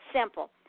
simple